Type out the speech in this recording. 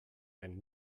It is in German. ein